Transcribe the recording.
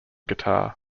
guitar